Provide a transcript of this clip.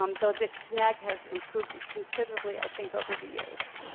um though this snag has improved considerably, i think, over the years.